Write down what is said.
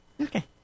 okay